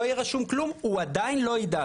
לא יהיה רשום כלום, הוא עדיין לא יידע.